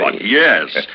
yes